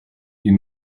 you